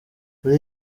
muri